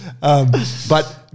But-